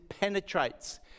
penetrates